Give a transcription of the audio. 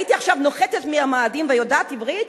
הייתי עכשיו נוחתת מהמאדים ויודעת עברית,